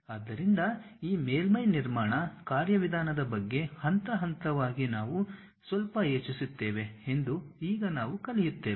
ಆದ್ದರಿಂದ ಈ ಮೇಲ್ಮೈ ನಿರ್ಮಾಣ ಕಾರ್ಯವಿಧಾನದ ಬಗ್ಗೆ ಹಂತ ಹಂತವಾಗಿ ನಾವು ಸ್ವಲ್ಪ ಯೋಚಿಸುತ್ತೇವೆ ಎಂದು ಈಗ ನಾವು ಕಲಿಯುತ್ತೇವೆ